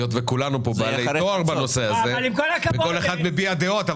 היות וכולנו פה בעלי תואר בנושא הזה וכל אחד מביע דעות,